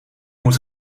moet